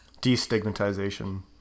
destigmatization